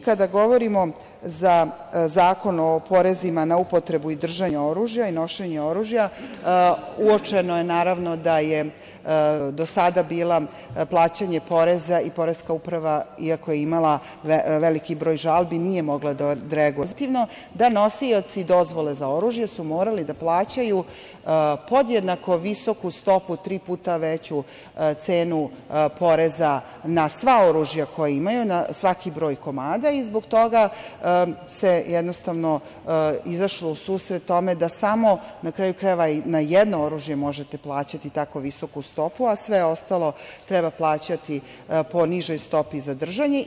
Kada govorimo o Zakonu o porezima na upotrebu i držanje oružja i nošenje oružja, uočeno je da je do sada bilo plaćanje poreza i Poreska uprava iako je imala veliki broj žalbi nije mogla da odreaguje pozitivno da nosioci dozvole za oružje morali su da plaćaju podjednako visoku stopu, tri puta veću cenu poreza na sva oružja koja imaju, na svaki broj komada i zbog toga se jednostavno izašlo u susret tome da samo, na kraju krajeva, na jedno oružje možete plaćati tako visoku stopu, a sve ostalo treba plaćati po nižoj stopi, za držanje.